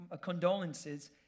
condolences